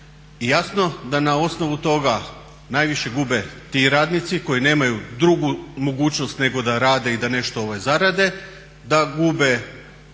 jasno da na osnovu toga najviše gube ti radnici koji nemaju drugu mogućnost nego da rade i da nešto zarade, da gubi